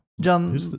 John